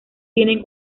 tiene